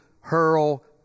hurl